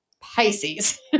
Pisces